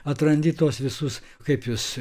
atrandi tuos visus kaip jis